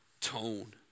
tone